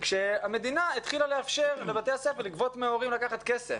כשהמדינה התחילה לאפשר לבתי הספר לגבות מההורים כסף.